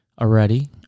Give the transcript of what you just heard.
already